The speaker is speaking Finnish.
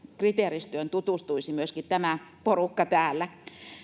kriteeristöön tutustuisi myöskin tämä porukka täällä